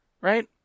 Right